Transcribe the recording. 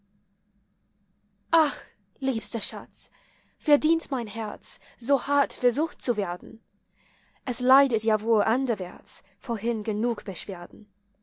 liebster schatz verdient mein herz so hart versucht zu werden es leidet ja wohl anderwärts vorhin genug beschwerden